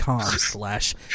slash